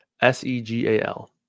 S-E-G-A-L